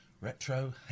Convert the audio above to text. Retro